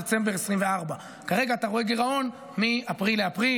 דצמבר 2024. כרגע אתה רואה גירעון מאפריל לאפריל,